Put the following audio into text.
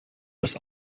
das